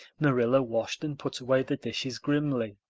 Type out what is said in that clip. marilla washed and put away the dishes grimly.